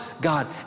God